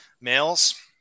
males